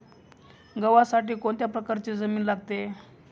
गव्हासाठी कोणत्या प्रकारची जमीन लागते?